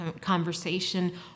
conversation